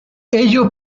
ello